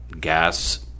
gas